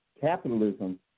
Capitalism